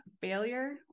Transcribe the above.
failure